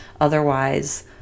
Otherwise